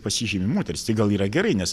pasižymi moterys tai gal yra gerai nes